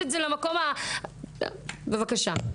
בבקשה.